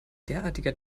derartiger